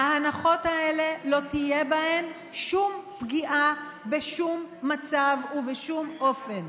בהנחות האלה לא תהיה שום פגיעה בשום מצב ובשום אופן.